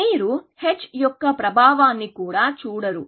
మీరు h యొక్క ప్రభావాన్ని కూడా చూడరు